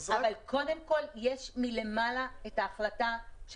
אבל קודם כל יש מלמעלה את ההחלטה,